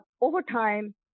overtime